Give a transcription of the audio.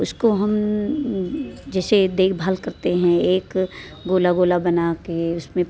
उसको हम जैसे देखभाल करते हैं एक गोला गोला बनाके उसमें